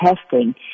testing